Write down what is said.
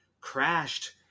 crashed